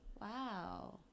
wow